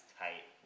tight